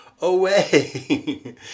away